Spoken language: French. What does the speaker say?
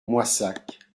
moissac